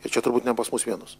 ir čia turbūt ne pas mus vienus